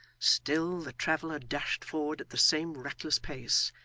still, the traveller dashed forward at the same reckless pace,